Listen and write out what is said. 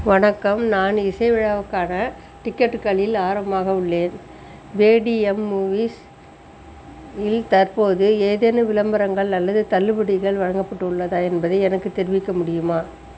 வணக்கம் நான் இசை விழாவுக்கான டிக்கெட்டுகளில் ஆர்வமாக உள்ளேன் பேடிஎம் மூவீஸ் இல் தற்போது ஏதேனும் விளம்பரங்கள் அல்லது தள்ளுபடிகள் வழங்கப்பட்டுள்ளதா என்பதை எனக்குத் தெரிவிக்க முடியுமா